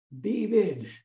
David